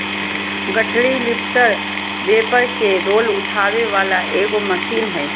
गठरी lifter paper के roll उठावे वाला एगो मशीन हइ